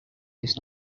this